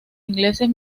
ingleses